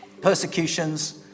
persecutions